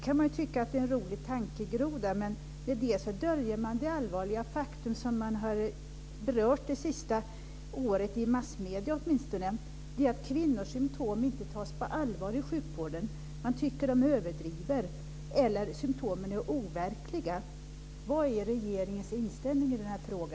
Man kan tycka att det är en rolig tankegroda, men med det döljer man det allvarliga faktum som man har berört det senaste året åtminstone i massmedierna, nämligen att kvinnors symtom inte tas på allvar i sjukvården. Man tycker att de överdriver eller att symtomen är overkliga.